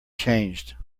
changed